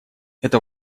это